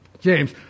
James